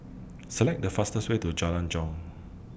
Select The fastest Way to Jalan Jong